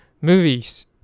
movies